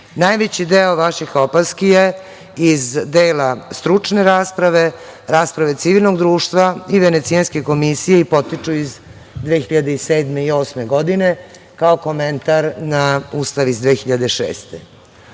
Najveći deo vaših opaski je iz dela stručne rasprave, rasprave civilnog društva i Venecijanske komisije i potiču iz 2007. i 2008. godine, kao komentar na Ustav iz 2006.